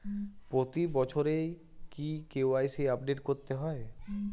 প্রতি বছরই কি কে.ওয়াই.সি আপডেট করতে হবে?